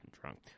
drunk